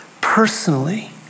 personally